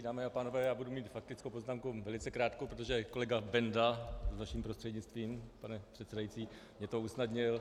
Pane předsedající, dámy a pánové, já budu mít faktickou poznámku velice krátkou, protože kolega Benda vaším prostřednictvím, pane předsedající, mně to usnadnil.